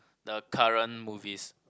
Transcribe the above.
the current movies